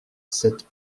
cette